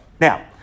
Now